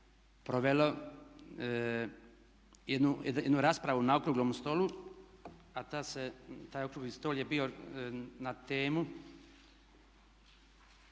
provelo jednu raspravu na okruglom stolu a taj okrugli stol je bio na temu